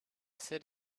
sit